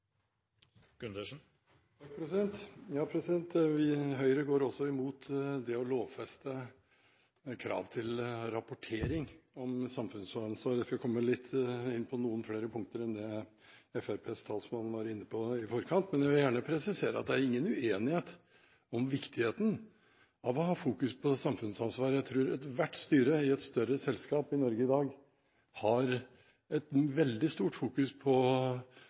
Høyre går også imot å lovfeste krav til rapportering om samfunnsansvar. Jeg skal komme litt inn på noen flere punkter enn det Fremskrittspartiets talsmann var inne på i forkant. Men jeg vil gjerne presisere at det er ingen uenighet om viktigheten av å ha fokus på samfunnsansvar. Jeg tror ethvert styre i et større selskap i Norge i dag har et veldig stort fokus på